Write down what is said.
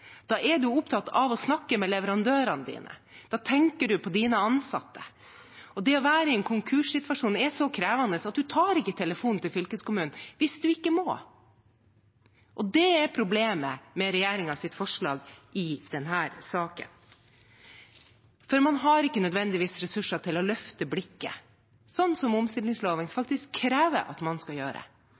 Da er man opptatt av å snakke med leverandørene sine. Da tenker man på sine ansatte. Det å være i en konkurssituasjon er så krevende at man tar ikke telefonen til fylkeskommunen hvis man ikke må. Det er problemet med regjeringens forslag i denne saken. Man har ikke nødvendigvis ressurser til å løfte blikket, sånn som omstillingsloven faktisk krever at man skal gjøre.